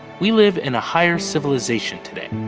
we live in a higher civilization today